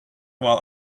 while